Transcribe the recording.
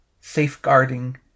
safeguarding